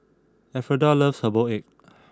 Elfreda loves Herbal Egg